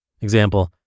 Example